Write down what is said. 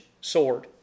sword